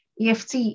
EFT